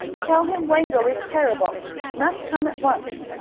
tell him wango is terrible! he must come at once.